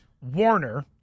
Warner